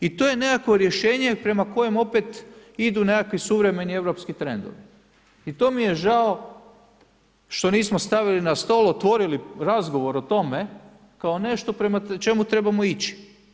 I to je nekakvo rješenje prema kojem opet idu nekakvi suvremeni europski trendovi, i to mi je žao što nismo stavili na stol, otvorili razgovor o tome kao nešto prema čemu trebamo ići.